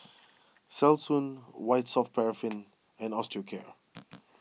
Selsun White Soft Paraffin and Osteocare